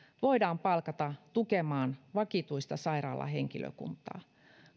voidaan palkata tukemaan vakituista sairaalahenkilökuntaa